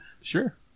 Sure